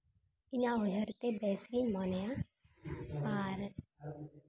ᱤᱧᱟᱹᱜ ᱩᱭᱦᱟᱹᱨ ᱛᱮ ᱵᱮᱥ ᱜᱤᱧ ᱢᱚᱱᱮᱭᱟ ᱟᱨ